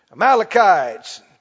Amalekites